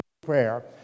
prayer